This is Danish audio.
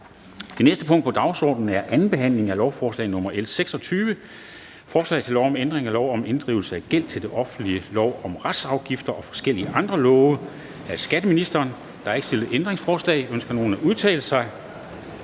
Det næste punkt på dagsordenen er: 5) 2. behandling af lovforslag nr. L 26: Forslag til lov om ændring af lov om inddrivelse af gæld til det offentlige, lov om retsafgifter og forskellige andre love. (Forenkling af regler om forældelseshåndtering,